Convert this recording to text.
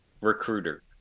recruiter